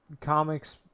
comics